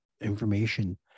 information